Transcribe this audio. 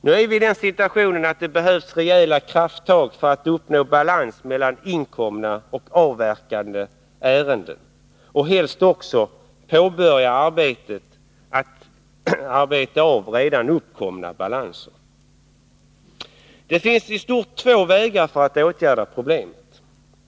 Nu är vi i den situationen att det behövs rejäla krafttag för att uppnå balans mellan inkomna och avverkade ärenden, och helst måste vi också börja arbeta av redan uppkomna balanser. Det finns i stort två vägar för att åtgärda problemet.